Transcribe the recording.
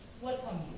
welcome